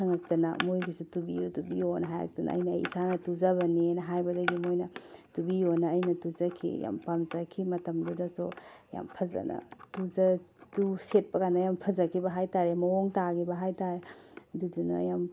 ꯍꯪꯉꯛꯇꯅ ꯃꯈꯣꯏꯒꯤꯁꯨ ꯇꯨꯕꯤꯎ ꯇꯨꯕꯤꯌꯣꯅ ꯍꯥꯏꯔꯛꯇꯅ ꯑꯩꯅ ꯑꯩ ꯏꯁꯥꯅ ꯇꯨꯖꯕꯅꯤꯅ ꯍꯥꯏꯕꯗꯒꯤ ꯃꯣꯏꯅ ꯇꯨꯕꯤꯌꯣꯅ ꯑꯩꯅ ꯇꯨꯖꯈꯤ ꯌꯥꯝ ꯄꯥꯝꯖꯈꯤ ꯃꯇꯝꯗꯨꯗꯁꯨ ꯌꯥꯝ ꯐꯖꯅ ꯁꯦꯠꯄ ꯀꯥꯟꯗ ꯌꯥꯝ ꯐꯖꯈꯤꯕ ꯍꯥꯏꯇꯔꯦ ꯃꯑꯣꯡ ꯇꯥꯈꯤꯕ ꯍꯥꯏꯇꯔꯦ ꯑꯗꯨꯗꯨꯅ ꯌꯥꯝ